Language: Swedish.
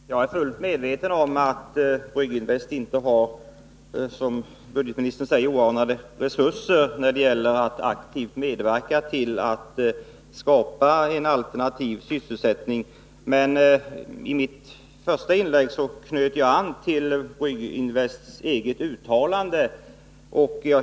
Herr talman! Jag är fullt medveten om att Brygginvest, som budgetministern säger, inte har oanade resurser när det gäller att aktivt medverka till att skapa en alternativ sysselsättning. Men i mitt första inlägg knöt jag an till Brygginvests eget uttalande.